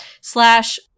slash